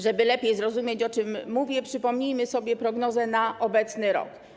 Żeby lepiej zrozumieć, o czym mówię, przypomnijmy sobie prognozę na obecny rok.